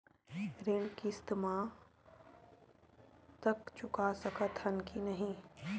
ऋण किस्त मा तक चुका सकत हन कि नहीं?